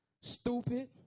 stupid